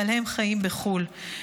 אבל הם חיים בחו"ל.